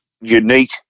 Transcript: unique